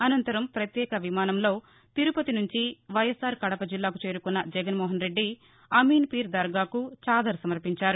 అనంతరం ప్రత్యేక విమానంలో తిరుపతి నుంచి వైఎస్ఆర్ కడప జిల్లాకు చేరుకున్న జగన్నోహన్రెడ్డి అమీన్పీర్ దర్గాకు చాదర్ సమర్పించారు